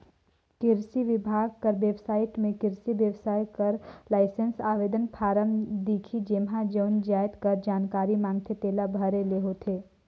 किरसी बिभाग कर बेबसाइट में किरसी बेवसाय बर लाइसेंस आवेदन फारम दिखही जेम्हां जउन जाएत कर जानकारी मांगथे तेला भरे ले होथे